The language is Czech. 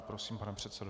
Prosím, pane předsedo .